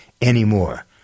anymore